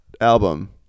album